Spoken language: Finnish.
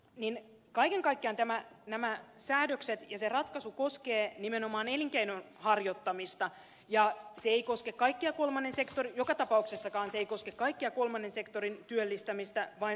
mustajärvi totesi kaiken kaikkiaan nämä säädökset ja se ratkaisu koskevat nimenomaan elinkeinonharjoittamista ja joka tapauksessakaan se ei koske kaikkea kolmannen sektorin työllistämistä vain osaa siitä